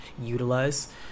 utilize